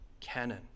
canon